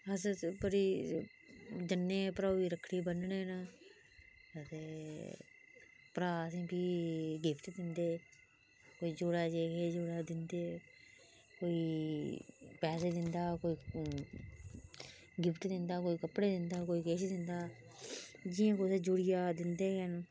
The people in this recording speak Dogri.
अस बी जन्ने भ्राऊ गी रक्खडी बनने ना ते भा्र आसेंगी फिह् गिफ्ट दिंदे कोई पेसे दिंदा कोई गिफ्ट दिंदा कोई कपडे़ दिंदा कोई किश दिंदा जियां कुसै जुडी जा ते दिंदे गै ना